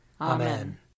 Amen